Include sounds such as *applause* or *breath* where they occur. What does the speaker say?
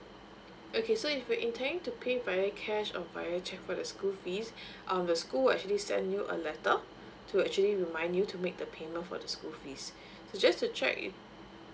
okay so if you intend to pay via cash or via cheque for the school fees *breath* uh school will actually send you a letter to actually remind you to make a payment for the school fee *breath* so just to check if